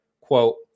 quote